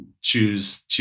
choose